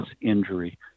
injury